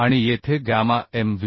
आणि येथे gamma m w